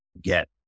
get